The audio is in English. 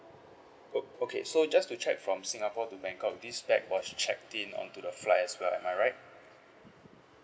o~ okay so just to check from singapore to bangkok this bag was checked in onto the flight as well am I right